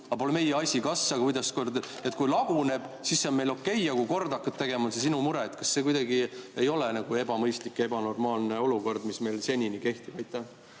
aga pole meie asi, kuidas see korda saab. Kui laguneb, siis see on meile okei, aga kui korda hakkad tegema, on see sinu mure. Kas see kuidagi ei ole nagu ebamõistlik ja ebanormaalne olukord, mis meil senini kehtib? Aitäh!